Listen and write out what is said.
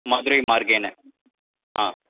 मधुरै मार्गेण आं